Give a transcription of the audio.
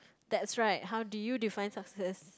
that's right how do you define success